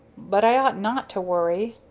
but i ought not to worry.